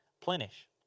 plenish